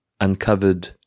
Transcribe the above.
uncovered